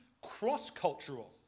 cross-cultural